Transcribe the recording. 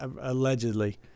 allegedly